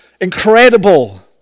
incredible